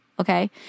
Okay